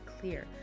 clear